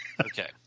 Okay